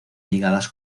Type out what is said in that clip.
ligadas